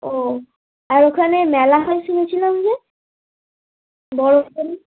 ও আর ওখানে মেলা হয় শুনেছিলাম যে বড়ো শনির